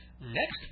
Next